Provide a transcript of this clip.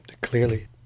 clearly